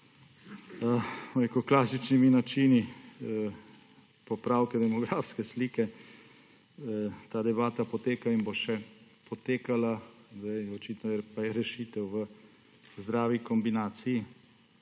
s klasičnimi načini popravka demografske slike, poteka in bo še potekala. Očitno pa je rešitev v zdravi kombinaciji,